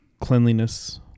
cleanliness